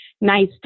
nice